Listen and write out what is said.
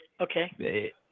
Okay